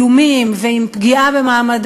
דיברנו כרגע, ויש, כמובן,